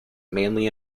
mainly